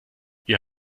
ihr